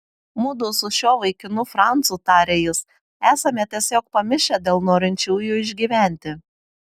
mudu su šiuo vaikinu francu tarė jis esame tiesiog pamišę dėl norinčiųjų išgyventi